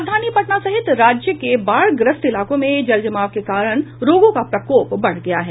राजधानी पटना सहित राज्य के बाढ़ ग्रस्त इलाकों में जलजमाव के कारण रोगों का प्रकोप बढ़ गया है